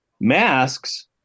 Masks